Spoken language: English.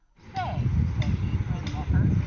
say, said he, grinning at her,